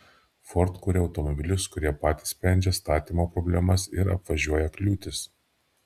ford kuria automobilius kurie patys sprendžia statymo problemas ir apvažiuoja kliūtis